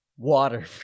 water